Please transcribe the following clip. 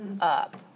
up